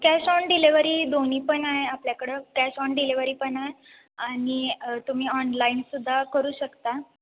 cash on delivery दोन्ही पण आहे आपल्याकडं कॅश ऑन डिलेवरी पण आहे आणि तुम्ही ऑनलाईनसुद्धा करू शकता